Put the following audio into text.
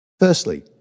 Firstly